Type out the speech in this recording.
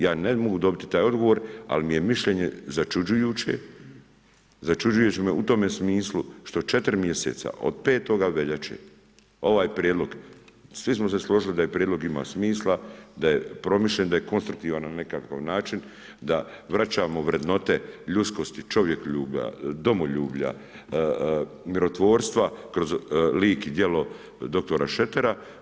Ja ne mogu dobiti taj odgovor, ali mi je mišljenje začuđujuće u tome smislu što 4 mjeseca, od 5. veljače ovaj prijedlog, svi smo se složili da prijedlog ima smisla, da je promišljen, da je konstruktivan na nekakav način, da vraćamo vrednote ljudskosti čovjekoljublja, domoljublja, mirotvorstva kroz lik i djelo dr. Šretera.